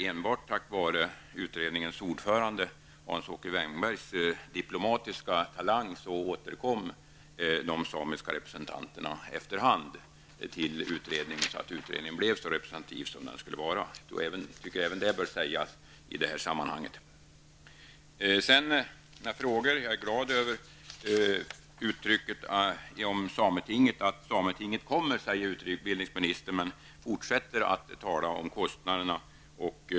Enbart tack vare utredningens ordförandes Hans-Åke Wängbergs, diplomatiska talang återkom de samiska representanterna efter hand till utredningen, så att utredningen blev så representativ som den skulle vara. Jag tycker att även detta bör sägas i det här sammanhanget. Jag är glad över att utbildningsministern säger att sametinget kommer. Utbildningsministern fortsätter dock att tala om kostnaderna.